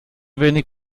wenig